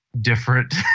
different